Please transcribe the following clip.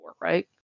right